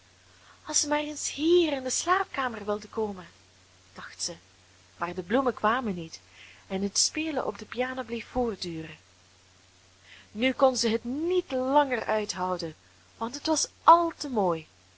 als ze maar eens hier in de slaapkamer wilden komen dacht zij maar de bloemen kwamen niet en het spelen op de piano bleef voortduren nu kon zij het niet langer uithouden want het was al te mooi